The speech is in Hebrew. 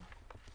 כספי